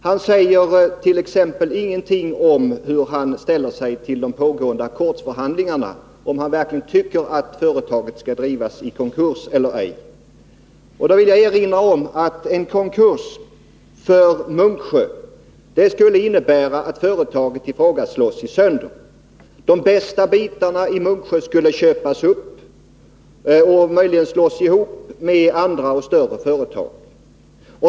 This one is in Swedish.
Han säger t.ex. ingenting om hur han ställer sig till de pågående ackordsförhandlingarna, om han tycker att företaget skall drivas i konkurs eller ej. Jag vill erinra om att en konkurs för Munksjö skulle innebära att företaget i fråga slås sönder. De bästa bitarna i Munksjö skulle köpas upp och möjligen slås ihop med andra och större företag.